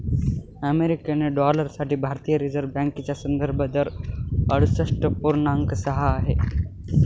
American dollar साठी भारतीय reserve बँकेचा संदर्भ दर अडुसष्ठ पूर्णांक सहा आहे